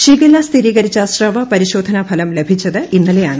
shigella സ്ഥിരീകരിച്ച സ്രവ പരിശോധനാഫലം ലഭിച്ചത് ഇന്നലെയാണ്